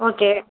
okay